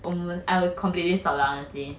I will completely stop lah honestly